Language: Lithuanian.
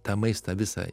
tą maistą visą